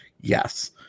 Yes